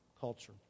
culture